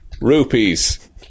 Rupees